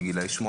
זה בגילאי שש,